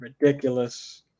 ridiculous